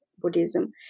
Buddhism